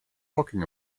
talking